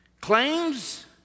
claims